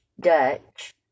Dutch